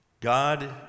God